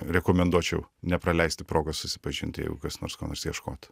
rekomenduočiau nepraleisti progos susipažint jeigu kas nors ko nors ieškot